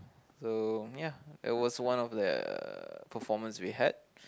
so ya it was one of the performance we had